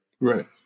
Right